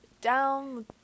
down